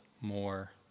more